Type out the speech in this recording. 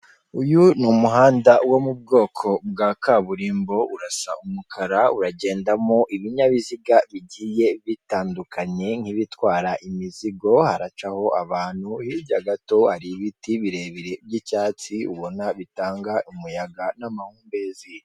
Uyu ni umuhanda wo mu bwoko bwa kaburimbo urasa umukara, uragendamo ibinyabiziga bigiye bitandukanye, nk'ibitwara imizigo haracaho abantu, hirya gato hari ibiti birebire by'icyatsi ubona bitanga umuyaga n'amahumbezi.